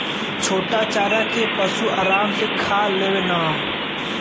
छोटा चारा के पशु आराम से खा लेवलन